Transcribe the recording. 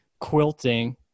quilting